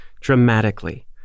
dramatically